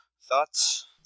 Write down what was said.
Thoughts